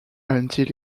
until